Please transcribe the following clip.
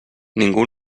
ningú